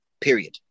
period